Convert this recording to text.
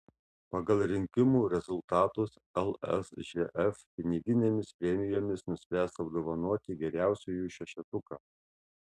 pagal rinkimų rezultatus lsžf piniginėmis premijomis nuspręsta apdovanoti geriausiųjų šešetuką